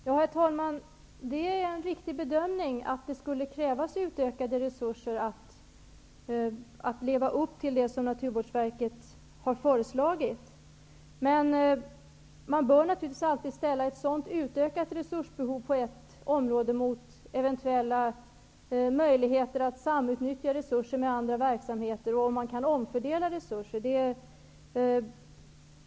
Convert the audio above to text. Herr talman! Det är en riktig bedömning att det skulle krävas utökade resurser för att leva upp till det som Naturvårdsverket har föreslagit. Men man bör naturligtvis alltid ställa ett sådant utökat resursbehov på ett område mot eventuella möjligheter att samutnyttja resurser med andra verksamheter och att omfördela resurser.